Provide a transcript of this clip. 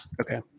okay